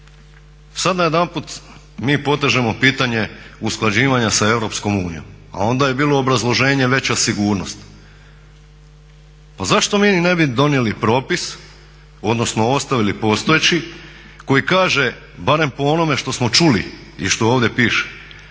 Sad najedanput mi potežemo pitanje usklađivanja sa EU, a onda je bilo obrazloženje veća sigurnost. Pa zašto mi ne bi donijeli propis, odnosno ostavili postojeći koji kaže barem po onome što smo čuli i što ovdje piše,